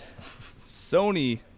Sony